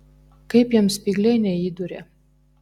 kaip jam spygliai neįduria